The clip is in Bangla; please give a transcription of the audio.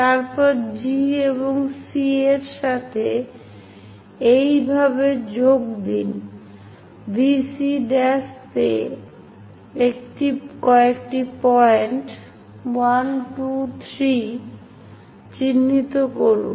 তারপরে G এবং C এর সাথে এইভাবে যোগ দিন VC'তে কয়েকটি পয়েন্ট 1 2 3 চিহ্নিত করুন